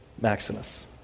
Maximus